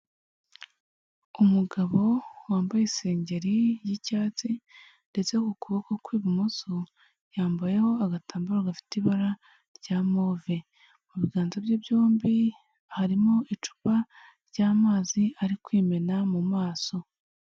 Umugabo wambaye isengeri y'icyatsi, ndetse ku kuboko kw'ibumoso yambayeho agatambaro gafite ibara rya move. Mu biganza bye byombi harimo icupa ry'amazi ari kwimena mu maso.